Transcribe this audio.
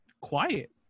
quiet